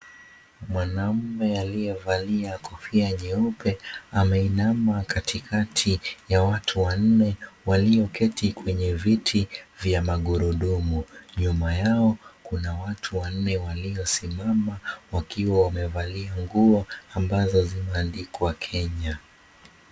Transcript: Mwanaume aliyevalia kofia jeupe ameinama katikati ya watu wanne walioketi kwenye viti vya magurudumu. Nyuma yao kuna watu wanne waliosimama wakiwa wamevalia nguo ambazo zimeandikwa Kenya.